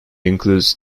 includes